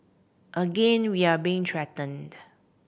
again we are being threatened